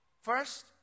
First